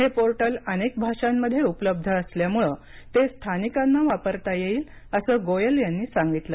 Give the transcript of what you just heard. हे पोर्टल अनेक भाषांमध्ये उपलब्ध असल्यामुळे ते स्थानिकांना वापरता येईल असं गोयल यांनी सांगितलं